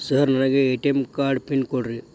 Sir ನನಗೆ ATM card pin ಕೊಡ್ರಿ?